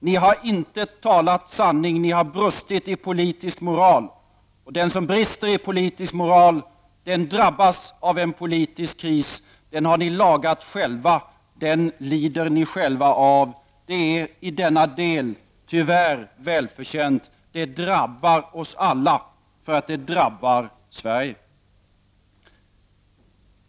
Ni har inte talat sanning — ni har brustit i politisk moral. Den som brister i politisk moral drabbas av politisk kris. Den här politiska krisen har ni lagat själva, den lider ni själva av. Det är i denna del tyvärr välförtjänt. Men den drabbar oss alla därför att den drabbar Sverige.